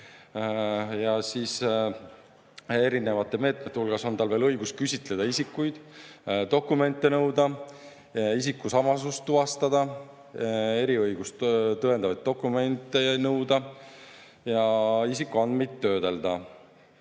–, ja erinevate meetmete hulgas on tal veel õigus küsitleda isikuid, dokumente nõuda, isikusamasust tuvastada, eriõigust tõendavaid dokumente nõuda ja isikuandmeid töödelda.